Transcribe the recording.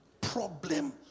Problem